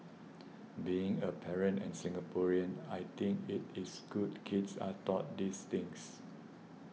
being a parent and Singaporean I think it is good kids are taught these things